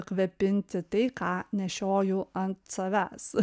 kvepinti tai ką nešioju ant savęs